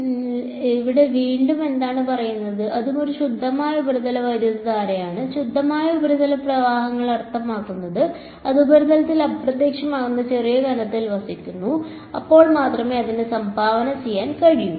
അതിനാൽ ഇവിടെ വീണ്ടും എന്താണ് പറയുന്നത് ഇതും ഒരു ശുദ്ധമായ ഉപരിതല വൈദ്യുതധാരയാണ് ശുദ്ധമായ ഉപരിതല പ്രവാഹങ്ങൾ അർത്ഥമാക്കുന്നത് അത് ഉപരിതലത്തിൽ അപ്രത്യക്ഷമാകുന്ന ചെറിയ കനത്തിൽ വസിക്കുന്നു അപ്പോൾ മാത്രമേ അതിന് സംഭാവന ചെയ്യാൻ കഴിയൂ